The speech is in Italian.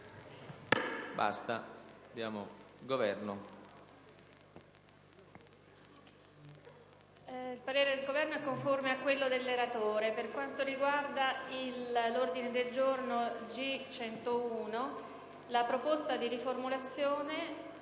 il parere del Governo è conforme a quello del relatore. Per quanto riguarda l'ordine del giorno G101, si propone la seguente riformulazione: